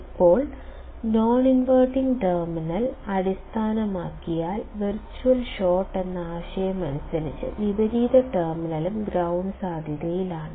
ഇപ്പോൾ non inverting terminal അടിസ്ഥാനമാക്കിയാൽ virtual short എന്ന ആശയം അനുസരിച്ച് വിപരീത ടെർമിനലും ഗ്രൌണ്ട് സാധ്യതയിലാണ്